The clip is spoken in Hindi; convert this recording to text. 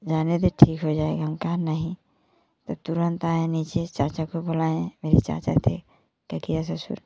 जाने दे ठीक हो जाएगा हम कहा नहीं तो तुरंत आए नीचे चाचा को बुलाएँ मेरे चाचा थे चचिया ससुर